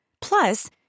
Plus